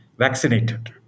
vaccinated